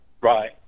right